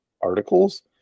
articles